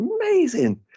amazing